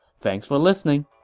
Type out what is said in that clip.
thanks for listening